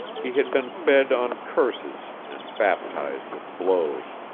he had been fed on curses and baptized with blows.